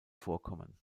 vorkommen